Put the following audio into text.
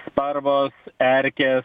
sparvos erkės